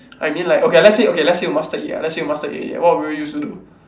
I mean like okay lah okay let's say you mastered it let's say you mastered it already what will you use to do